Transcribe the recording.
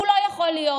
הוא לא יכול להיות.